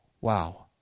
wow